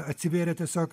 atsivėrė tiesiog